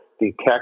detect